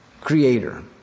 creator